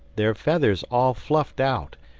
their feathers all fluffed out,